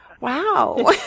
Wow